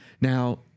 Now